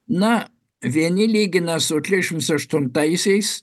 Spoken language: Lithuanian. na vieni lygina su trisdešimts aštuntaisiais